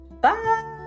bye